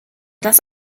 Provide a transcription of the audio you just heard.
das